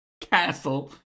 castle